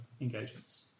engagements